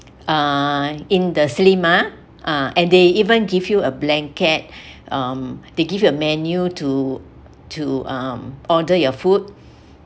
uh in the cinema uh and they even give you a blanket um they give you a menu to to um order your food